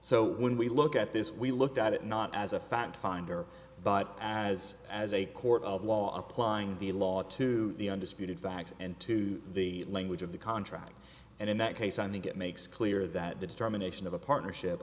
so when we look at this we looked at it not as a fact finder but as as a court of law applying the law to the undisputed facts and to the language of the contract and in that case i think it makes clear that the determination of a partnership